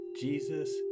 Jesus